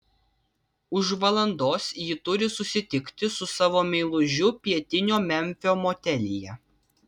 už valandos ji turi susitikti su savo meilužiu pietinio memfio motelyje